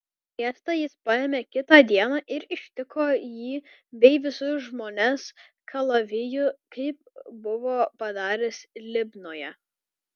miestą jis paėmė kitą dieną ir ištiko jį bei visus žmones kalaviju kaip buvo padaręs libnoje